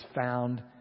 found